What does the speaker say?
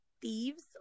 thieves